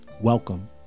Welcome